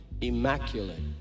immaculate